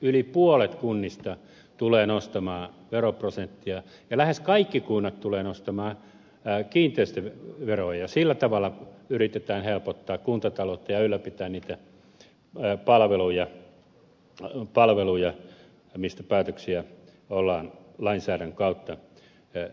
yli puolet kunnista tulee nostamaan veroprosenttia ja lähes kaikki kunnat tulevat nostamaan kiinteistöveroa ja sillä tavalla yritetään helpottaa kuntataloutta ja ylläpitää niitä palveluja mistä päätöksiä ollaan lainsäädännön kautta tehty